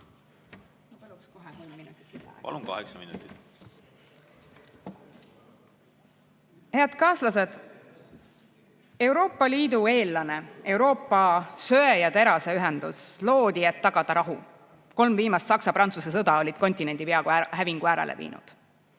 Palun, kaheksa minutit. Palun, kaheksa minutit. Head kaaslased! Euroopa Liidu eellane, Euroopa Söe- ja Teraseühendus loodi, et tagada rahu. Kolm viimast Saksa-Prantsuse sõda olid kontinendi peaaegu hävingu äärele viinud.